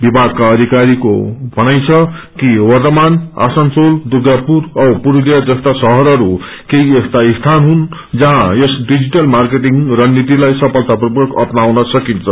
विमगका अष्किारीहरूको भनाई छ कि वर्छमान आसनसोल दुर्गापुर औ पुस्तिया जस्ता शहरहरूकेही यस्ता स्यान हुन जहाँ यस डिजिटल मार्केटिङ रणनीतिलाई सफलतापूर्वक अप्नाउन सकिन्छ